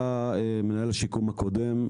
היה מנהל השיקום הקודם,